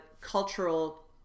cultural